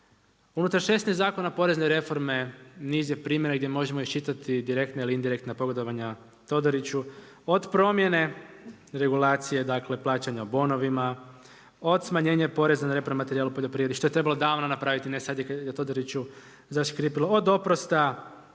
ne razumije./… porezne reforme niz je primjera gdje možemo iščitati direktna ili indirektna pogodovanja Todoriću od promjene regulacije dakle, plaćanja u bonovima, od smanjenje porez na repromaterijal u poljoprivredi što je trebalo davno napraviti, ne sad kad je Todoriću zaškripilo, od oprosta